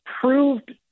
proved